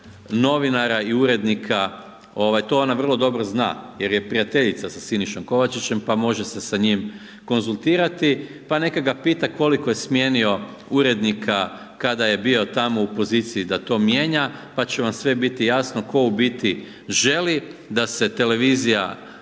novinara i urednika, to ona vrlo dobro zna jer je prijateljica sa Sinišom Kovačićem, pa može se sa njim konzultirati, pa neka ga pita koliko je smijenio urednika kada je bio tamo u poziciji da to mijenja, pa će vam sve biti jasno tko u biti želi da televizija